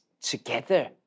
together